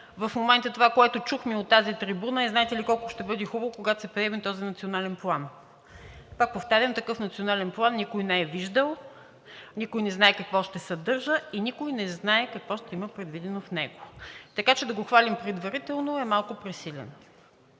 В момента това, което чухме от тази трибуна, е: знаете ли колко ще бъде хубаво, когато се приеме този национален план. Пак повтарям, такъв национален план никой не е виждал, никой не знае какво ще съдържа и никой не знае какво ще има предвидено в него. Така че да го хвалим предварително, е малко пресилено.